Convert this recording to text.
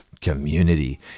community